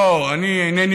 לא, אני אינני